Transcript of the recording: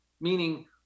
meaning